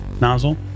nozzle